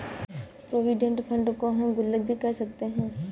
provident fund को हम गुल्लक भी कह सकते हैं